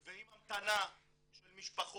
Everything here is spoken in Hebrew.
ועם המתנה של משפחות,